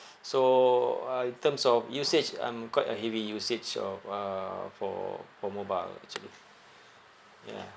so uh in terms of usage I'm quite a heavy usage of uh for for mobile actually ya